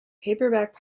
paperback